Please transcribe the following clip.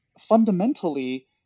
fundamentally